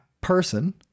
person